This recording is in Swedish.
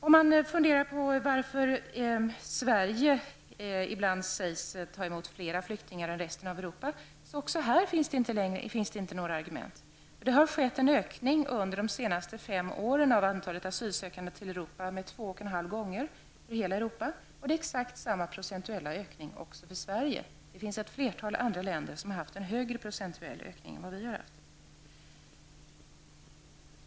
Det sägs ibland att Sverige tar emot flera flyktingar än övriga Europa, men detta är inte heller något argument. Det har skett en ökning under de senaste fem åren av antalet asylsökande till Europa med 2,5 gånger. Den procentuella ökningen för Sverige är exakt densamma. Det finns ett flertal andra länder som har haft en högre procentuell ökning än vad vi har haft.